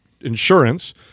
insurance